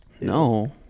No